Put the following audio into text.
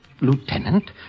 Lieutenant